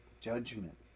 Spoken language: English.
judgment